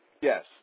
Yes